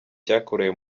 cyakorewe